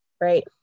right